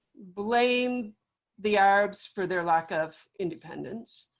blamed the arabs for their lack of independence.